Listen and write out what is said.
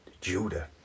Judah